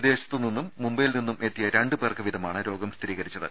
വിദേശത്ത് നിന്നും മുംബൈയിൽ നിന്നും എത്തിയ രണ്ട് പേർക്ക് വീതമാണ് രോഗം സ്ഥിരീകരിച്ചത്